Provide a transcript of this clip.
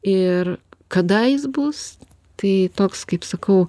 ir kada jis bus tai toks kaip sakau